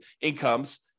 incomes